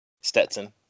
Stetson